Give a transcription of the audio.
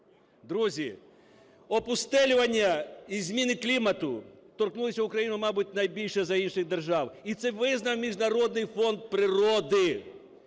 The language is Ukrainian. Друзі, опустелювання і зміни клімату торкнулися України, мабуть, найбільше за інших держав. І це визнав Міжнародний фонд природи.